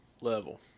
level